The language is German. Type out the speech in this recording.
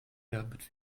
damit